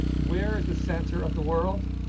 where is the center of the world.